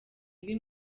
mibi